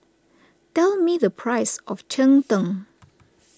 tell me the price of Cheng Tng